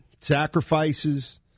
sacrifices